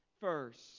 first